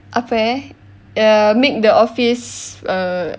apa eh err make the office err